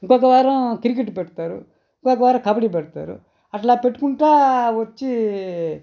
ఇంకొక వారం క్రికెట్ పెడతారు ఇంకొక వారం కబడి పెడతారు అట్లా పెట్టుకుంటా వచ్చి